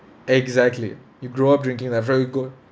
exactly you grew up drinking that very good